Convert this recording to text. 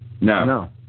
No